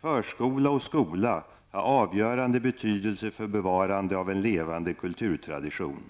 Förskola och skola har avgörande betydelse för bevarandet av en levande kulturtradition.